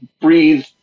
breathe